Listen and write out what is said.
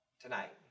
tonight